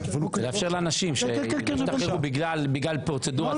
לאפשר לאנשים שהשתחררו בגלל פרוצדורה טכנית --- לא,